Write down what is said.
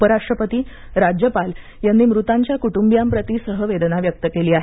उपराष्ट्रपती राज्यपाल यांनी मृतांच्या कुटुंबियांप्रती सहवेदना व्यक्त केली आहे